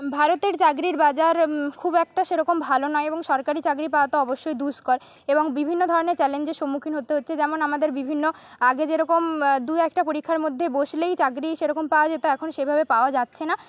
ভারতের চাকরির বাজার খুব একটা সেরকম ভালো নয় এবং সরকারি চাকরি পাওয়া তো অবশ্যই দুষ্কর এবং বিভিন্ন ধরণের চ্যালেঞ্জের সম্মুখীন হতে হচ্ছে যেমন আমাদের বিভিন্ন আগে যেরকম দু একটা পরীক্ষার মধ্যে বসলেই চাকরি সেরকম পাওয়া যেত এখন সেভাবে পাওয়া যাচ্ছে না